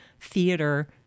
theater